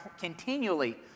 continually